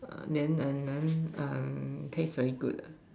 err then and then err taste very good ah